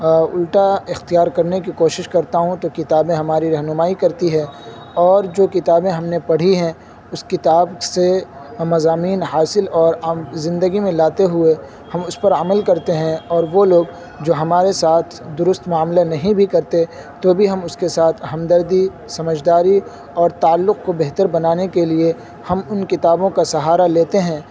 الٹا اختیار کرنے کی کوشش کرتا ہوں تو کتابیں ہماری رہنمائی کرتی ہے اور جو کتابیں ہم نے پڑھی ہیں اس کتاب سے وہ مضامین حاصل اور زندگی میں لاتے ہوئے ہم اس پر عمل کرتے ہیں اور وہ لوگ جو ہمارے ساتھ درست معاملے نہیں بھی کرتے تو بھی ہم اس کے ساتھ ہمدردی سمجھ داری اور تعلق کو بہتر بنانے کے لیے ہم ان کتابوں کا سہارا لیتے ہیں